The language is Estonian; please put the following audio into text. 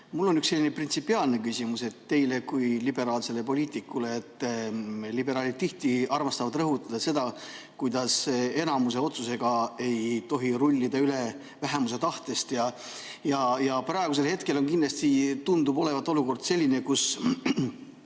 Mul on üks selline printsipiaalne küsimus teile kui liberaalsele poliitikule. Liberaalid tihti armastavad rõhutada seda, kuidas enamuse otsusega ei tohi rullida üle vähemuse tahtest. Praegusel hetkel tundub olevat olukord selline, kus